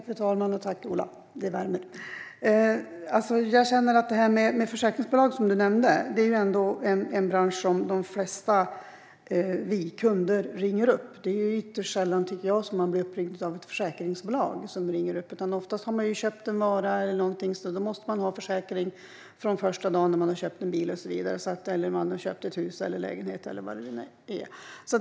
Fru talman! Tack, Ola, det värmer! När det gäller försäkringsbolag, som du nämnde, känner jag att det är en bransch som de flesta kunder ringer upp. Det är ytterst sällan, tycker jag, som man blir uppringd av ett försäkringsbolag. Oftast har man köpt en vara, en bil, ett hus eller en lägenhet eller vad det nu är, och då måste man ha försäkring från första dagen.